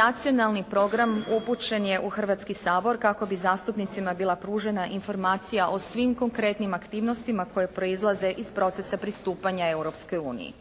Nacionalni program upućen je u Hrvatski sabor kako bi zastupnicima bila pružena informacija o svim konkretnim aktivnostima koje proizlaze iz procesa pristupanja Europskoj uniji.